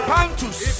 Pantus